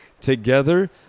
Together